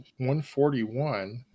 141